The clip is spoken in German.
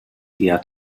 eher